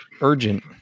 urgent